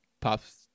pops